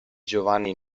giovanni